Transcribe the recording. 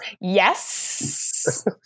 Yes